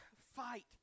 fight